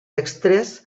extres